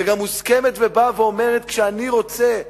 וגם מוסכמת ובאה ואומרת: כשאני רוצה אותך,